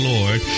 Lord